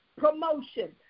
promotion